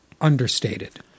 understated